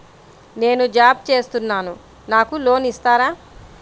నేను జాబ్ చేస్తున్నాను నాకు లోన్ ఇస్తారా?